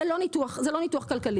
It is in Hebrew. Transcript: זה לא ניתוח כלכלי,